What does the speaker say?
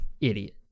Idiot